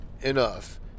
enough